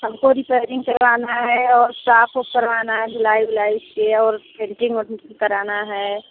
हम को रेपयरिंग करवाना है और साफ़ और करवाना है धुलाई वुलाई से और पेंटिंग वैन्टिंग करवाना है